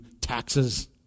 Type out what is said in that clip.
taxes